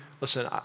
listen